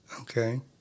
okay